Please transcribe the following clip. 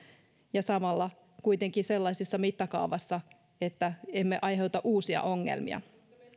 ja samalla kuitenkin sellaisessa mittakaavassa että emme aiheuta uusia ongelmia